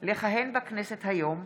לכהן בכנסת היום,